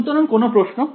সুতরাং কোন প্রশ্ন